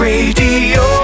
Radio